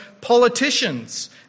politicians